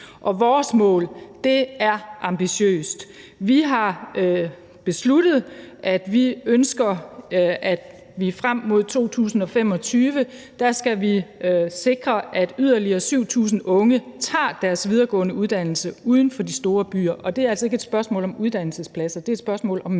Vores mål er ambitiøst. Vi har besluttet, at vi ønsker, at vi frem mod 2025 skal sikre, at yderligere 7.000 unge tager deres videregående uddannelse uden for de store byer, og det er altså ikke et spørgsmål om uddannelsespladser; det er et spørgsmål om mennesker.